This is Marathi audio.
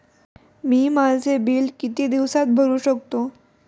मी माझे बिल किती दिवसांत भरू शकतो?